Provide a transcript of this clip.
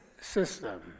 system